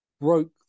broke